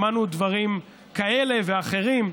שמענו דברים כאלה ואחרים.